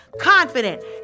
confident